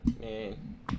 Man